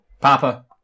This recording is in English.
Papa